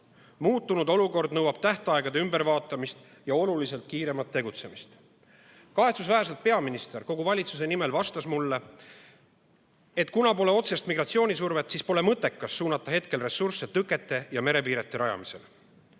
Muutunud olukord nõuab aga tähtaegade ümbervaatamist ja oluliselt kiiremat tegutsemist. Kahetsusväärselt vastas peaminister mulle, kogu valitsuse nimel, et kuna praegu pole otsest migratsioonisurvet, siis pole mõttekas suunata ressursse tõkete ja merepiirete rajamiseks.